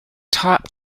top